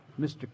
Mr